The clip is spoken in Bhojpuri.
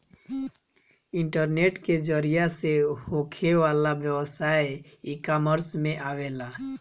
इंटरनेट के जरिया से होखे वाला व्यवसाय इकॉमर्स में आवेला